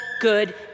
good